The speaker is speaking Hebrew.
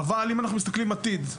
אם אנחנו מסתכלים על העתיד,